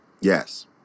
Yes